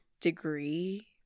Degree